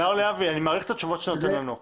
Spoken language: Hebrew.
מר להבי, אני מעריך את התשובות שאתה נותן לנו,